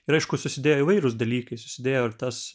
ir aišku susidėjo įvairūs dalykai susidėjo ir tas